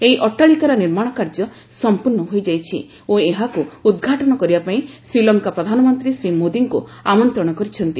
ଏହି ଅଟ୍ଟାଳିକାର ନିର୍ମାଣ କାର୍ଯ୍ୟ ସମ୍ପୂର୍ଣ୍ଣ ହୋଇଯାଇଛି ଓ ଏହାକୁ ଉଦ୍ଘାଟନ କରିବାପାଇଁ ଶ୍ରୀଲଙ୍କା ପ୍ରଧାନମନ୍ତ୍ରୀ ଶ୍ରୀ ମୋଦୀଙ୍କୁ ଆମନ୍ତ୍ରଣ କରିଛନ୍ତି